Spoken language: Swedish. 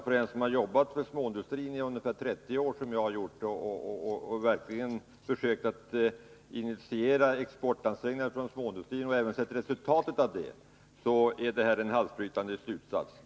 För den som har jobbat med småindustri i ungefär 30 år, som jag har gjort, och som verkligen har försökt initiera exportansträngningar inom den och även har sett resultat av det är det här en halsbrytande slutsats.